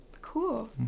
Cool